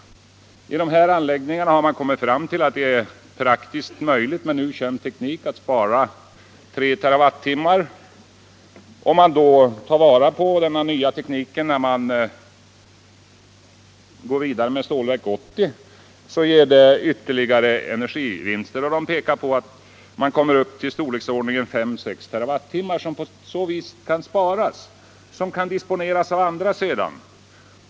Allmänpolitisk debatt Allmänpolitisk debatt Man har kommit fram till att det är praktiskt möjligt med nu känd teknik att spara 3 TWh. Om man tar vara på den nya tekniken när man går vidare med Stålverk 80, så ger det ytterligare energivinster. Då kommer man upp till en besparing på 5-6 TWh, ett energitillskott som kan disponeras för andra ändamål.